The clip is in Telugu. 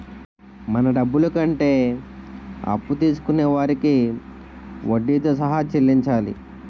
మన డబ్బులు కంటే అప్పు తీసుకొనే వారికి వడ్డీతో సహా చెల్లించాలి